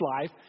life